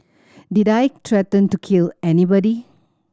did I threaten to kill anybody